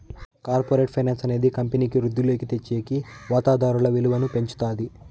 corporate finance అనేది కంపెనీకి వృద్ధిలోకి తెచ్చేకి వాతాదారుల విలువను పెంచుతాది